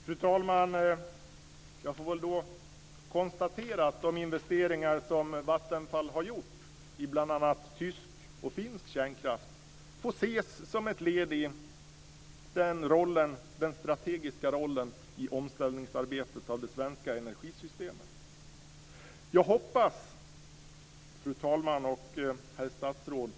Fru talman! Jag kan då konstatera att de investeringar som Vattenfall har gjort i bl.a. tysk och finsk kärnkraft får ses som ett led i den strategiska rollen i omställningsarbetet av det svenska energisystemet. Fru talman och herr statsråd!